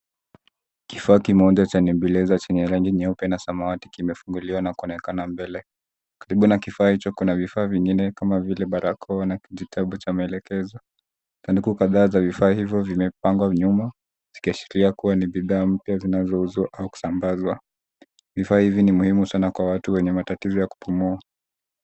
Kifua kimoja cha nebuleza chenye rangi nyeupe na samawati kimefunguliwa na kuonekana mbele karibu na kifaa hicho kuna kifaa kama vile barakoa na kitabu cha maelekezo kunukuu kadhaa za vifaa hivo vimepangwa nyuma vikiashiria kuwa ni bidhaa mpya zinazouzwa au kusambazwa vifaa hivi ni muhimu sana kwa watu wenye matatizo ya kupumua.